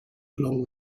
along